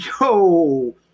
yo